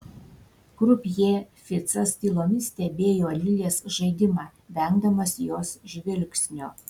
krupjė ficas tylomis stebėjo lilės žaidimą vengdamas jos žvilgsnio